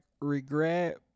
regret